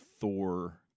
Thor